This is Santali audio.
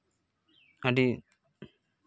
ᱟᱹᱰᱤ